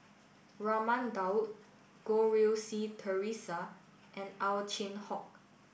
Raman Daud Goh Rui Si Theresa and Ow Chin Hock